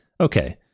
Okay